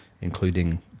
including